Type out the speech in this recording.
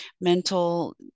mental